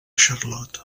charlotte